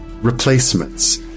replacements